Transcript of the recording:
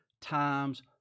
times